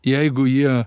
jeigu jie